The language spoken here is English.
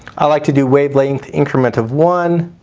i like to do wavelength increment of one.